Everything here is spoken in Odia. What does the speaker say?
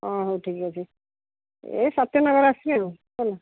ହଁ ହେଉ ଠିକ୍ ଅଛି ଏ ସତ୍ୟ ନଗର ଆସିଛି ଆଉ ହେଲା